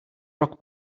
rock